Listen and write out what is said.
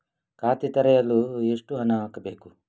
ಖಾತೆ ತೆರೆಯಲು ಎಷ್ಟು ಹಣ ಹಾಕಬೇಕು?